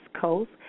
Coast